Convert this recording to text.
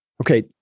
Okay